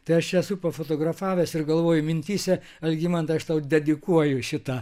tai aš esu pafotografavęs ir galvoju mintyse algimantai aš tau dedikuoju šitą